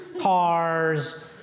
cars